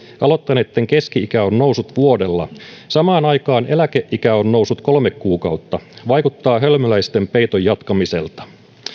aloittaneitten keski ikä on noussut vuodella samaan aikaan eläkeikä on noussut kolme kuukautta vaikuttaa hölmöläisten peiton jatkamiselta